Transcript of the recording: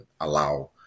allow